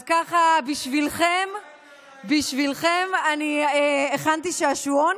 אז בשבילכם הכנתי שעשועון,